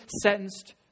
sentenced